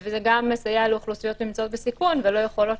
זה גם מסייע לאוכלוסיות שנמצאות בסיכון ולא יכולות